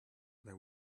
they